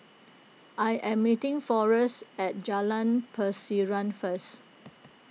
I am meeting Forest at Jalan Pasiran first